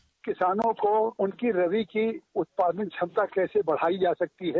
bite किसानों को उनकी रबी की उत्पादन क्षमता कैसे बढ़ाई जा सकती है